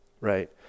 right